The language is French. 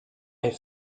est